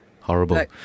Horrible